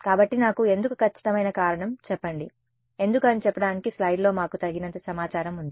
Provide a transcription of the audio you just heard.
కాబట్టి నాకు ఎందుకు ఖచ్చితమైన కారణం చెప్పండి ఎందుకు అని చెప్పడానికి స్లయిడ్ లో మాకు తగినంత సమాచారం ఉంది